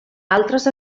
altres